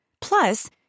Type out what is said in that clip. Plus